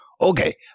okay